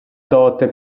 dote